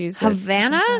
Havana